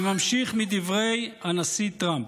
אני ממשיך מדברי הנשיא טראמפ: